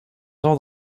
jean